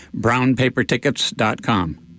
brownpapertickets.com